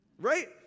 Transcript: Right